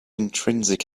intrinsic